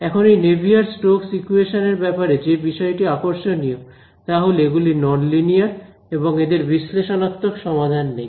এখন এই Navier Stokes equation এর ব্যাপারে যে বিষয়টি আকর্ষণীয় তা হল এগুলি নন লিনিয়ার এবং এদের বিশ্লেষণাত্মক সমাধান নেই